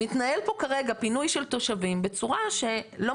מתנהל פה כרגע פינוי של תושבים בצורה שלא